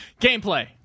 Gameplay